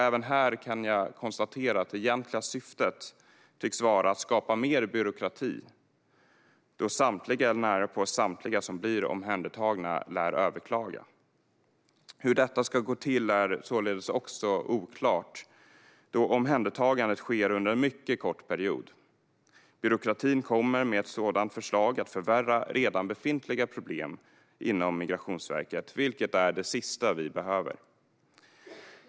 Även här kan jag konstatera att det egentliga syftet tycks vara att skapa mer byråkrati, eftersom samtliga eller närapå samtliga som blir omhändertagna lär överklaga. Hur detta ska gå till är således också oklart, då omhändertagandet sker under en mycket kort period. Med ett sådant förslag kommer byråkratin att förvärra redan befintliga problem inom Migrationsverket, vilket är det sista vi behöver.